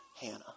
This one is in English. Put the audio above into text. Hannah